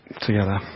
together